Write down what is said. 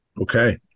okay